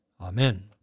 Amen